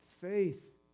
Faith